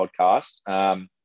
podcast